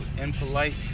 impolite